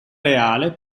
reale